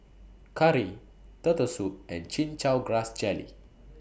Curry Turtle Soup and Chin Chow Grass Jelly